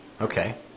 Okay